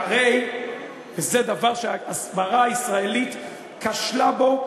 הרי זה דבר שההסברה הישראלית כשלה בו,